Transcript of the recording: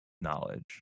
knowledge